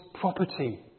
property